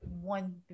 one